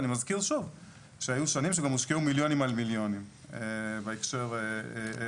אני מזכיר שוב שהיו שנים שגם הושקעו מיליונים על מיליונים בהקשר הזה.